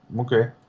okay